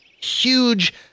huge